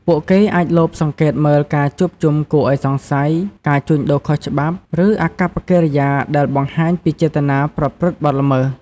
ពួកគេអាចលបសង្កេតមើលការជួបជុំគួរឲ្យសង្ស័យ ការជួញដូរខុសច្បាប់ ឬអាកប្បកិរិយាដែលបង្ហាញពីចេតនាប្រព្រឹត្តបទល្មើស។